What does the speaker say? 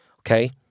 okay